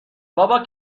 ابا